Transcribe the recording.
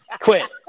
Quit